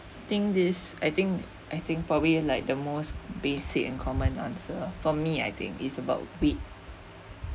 think this I think I think probably like the most basic and common answer for me I think is about weight